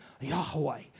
Yahweh